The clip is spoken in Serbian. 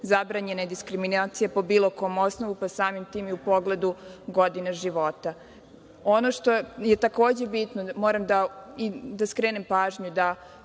zabranjena je diskriminacija po bilo kom osnovu, pa samim tim i u pogledu godina života. Ono što je takođe bitno, moram da skrenem pažnju